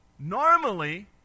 Normally